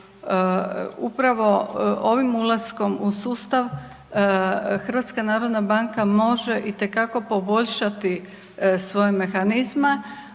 upravo ovim ulaskom u sustav, HNB može itekako poboljšati svoje mehanizme,